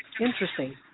Interesting